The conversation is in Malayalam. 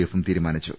എഫും തീരുമാനിച്ചു